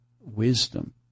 wisdom